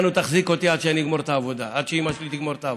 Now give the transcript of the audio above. את העבודה, עד שאימא שלי תגמור את העבודה.